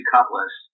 Cutlass